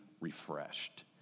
refreshed